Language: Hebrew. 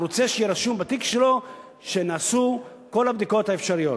הוא רוצה שיהיה רשום בתיק שלו שנעשו כל הבדיקות האפשריות,